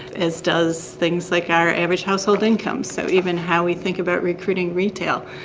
as does things like our average household income. so even how we think about recruiting retail,